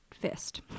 fist